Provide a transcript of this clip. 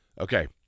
okay